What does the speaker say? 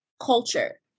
culture